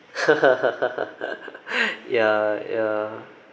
ya ya